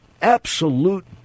absolute